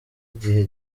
igihe